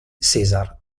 césar